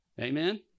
amen